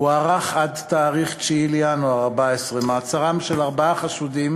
הוארך עד לתאריך 9 בינואר 2014. מעצרם של ארבעה חשודים